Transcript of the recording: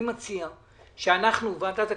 אני מציע, שאנחנו, ועדת הכספים,